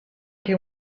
che